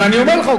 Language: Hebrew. אז אני אומר לך,